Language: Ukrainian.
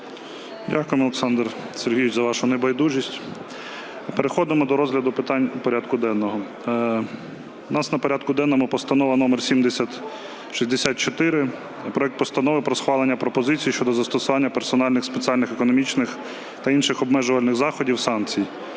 Дякуємо, Олександр Сергійович, за вашу небайдужість. Переходимо до розгляду питань порядку денного. У нас на порядку денному Постанова № 7064: проект Постанови про схвалення пропозицій щодо застосування персональних спеціальних економічних та інших обмежувальних заходів (санкцій).